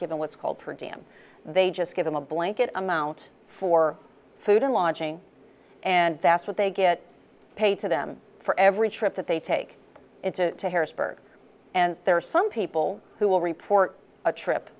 given what's called per diem they just give them a blanket amount for food and lodging and that's what they get paid to them for every trip that they take it to harrisburg and there are some people who will report a trip